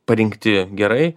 parinkti gerai